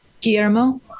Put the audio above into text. Guillermo